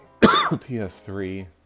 PS3